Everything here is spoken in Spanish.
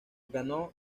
ganó